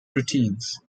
routines